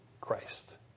Christ